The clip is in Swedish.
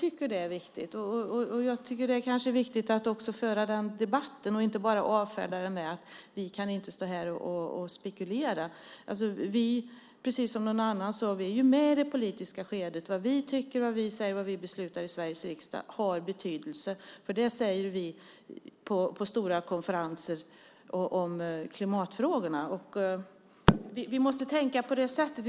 Och jag tycker att det är viktigt att föra debatten och inte bara avfärda den med att vi inte kan stå här och spekulera. Precis som sades tidigare är vi med i det politiska skeendet. Vad vi tycker, säger och beslutar i Sveriges riksdag har betydelse. Det tar vi upp på stora konferenser om klimatfrågorna, och vi måste tänka på det sättet.